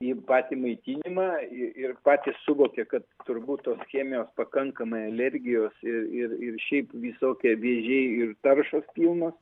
į patį maitinimą ir patys suvokė kad turbūt tos chemijos pakankamai alergijos ir šiaip visokie vėžiai ir taršos pilnas